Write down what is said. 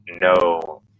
no